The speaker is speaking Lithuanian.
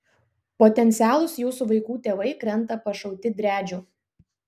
potencialūs jūsų vaikų tėvai krenta pašauti driadžių